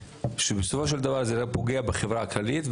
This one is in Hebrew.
שבסופו של דבר זה רק פוגע בחברה הכללית,